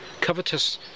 Covetous